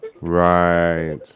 Right